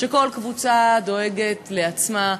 שכל קבוצה דואגת לעצמה,